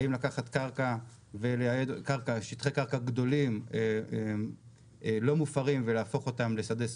האם לייעד שטחי קרקע גדולים ולא מופרים ולהפוך אותם לשדה סולארי,